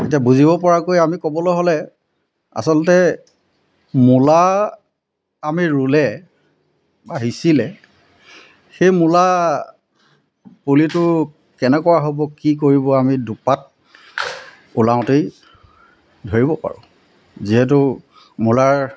এতিয়া বুজিব পৰাকৈ আমি ক'বলৈ হ'লে আচলতে মূলা আমি ৰুলে বা সিঁচিলে সেই মূলা পুলিটো কেনেকুৱা হ'ব কি কৰিব আমি দুপাত ওলাওঁতেই ধৰিব পাৰোঁ যিহেতু মূলাৰ